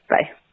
Bye